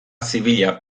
zibila